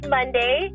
Monday